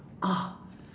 oh